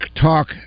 talk